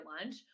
lunch